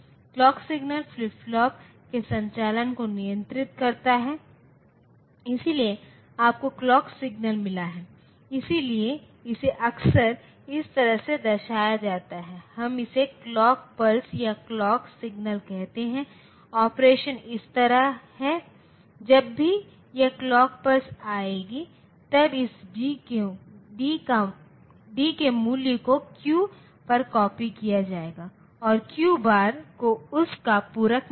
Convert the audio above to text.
clock signal flip flop के संचालन को नियंत्रित करता है इसलिए आपको क्लॉक सिग्नल मिला है इसलिए इसे अक्सर इस तरह से दर्शाया जाता है हम इसे क्लॉक पल्स या क्लॉक सिग्नल कहते हैं ऑपरेशन इस तरह है जब भी यह क्लॉक पल्स आएगी तब इस डी के मूल्य को क्यू पर कॉपी किया जाएगा और क्यू बार को उस का पूरक मिलेगा